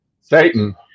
satan